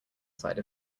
side